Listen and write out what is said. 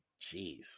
Jeez